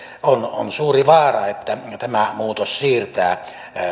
on on suuri vaara että tämä muutos siirtää